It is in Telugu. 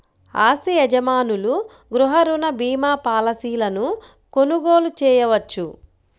ఆస్తి యజమానులు గృహ రుణ భీమా పాలసీలను కొనుగోలు చేయవచ్చు